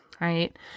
right